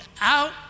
out